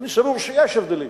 ואני סבור שיש הבדלים,